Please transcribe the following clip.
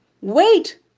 wait